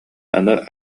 аны